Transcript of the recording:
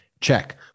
Check